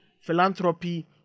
philanthropy